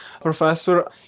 professor